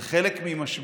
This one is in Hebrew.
זה חלק ממשבר